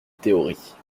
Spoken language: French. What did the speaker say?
théories